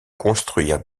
construire